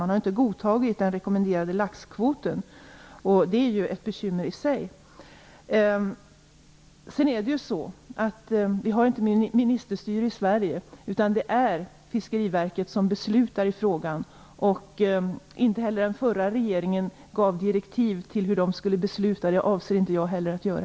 Man har inte godtagit den rekommenderade laxkvoten, och det är ett bekymmer i sig. Vi har inte ministerstyre i Sverige. Det är Fiskeriverket som beslutar i frågan. Den förra regeringen gav inte direktiv till hur det skulle besluta, och det avser inte heller jag att göra.